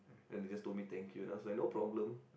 and he just told me thank you I was like no problem